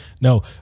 No